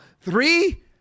Three